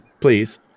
Please